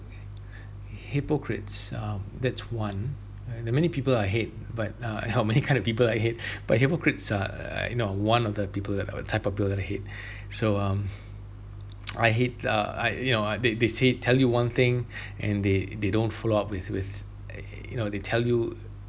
hypocrites um that's one there're many people I hate but uh I have many kind of people I hate but hypocrites are uh you know one of the people that I would type of people that I hate so um I hate uh I you know they they say tell you one thing and they they don't follow up with with you know they tell you